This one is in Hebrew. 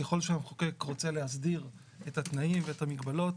ככל שהמחוקק רוצה להסדיר את התנאים ואת המגבלות,